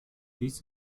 dies